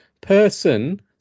Person